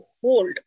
hold